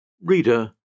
Reader